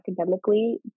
academically